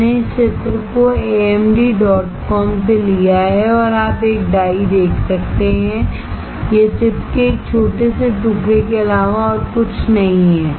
मैंने इस चित्र को amdcom से लिया है और आप एक डाई देख सकते हैं यह चिप के एक छोटे से टुकड़े के अलावा और कुछ नहीं है